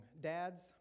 dads